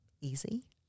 easy